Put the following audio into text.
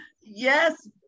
yes